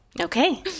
Okay